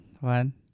One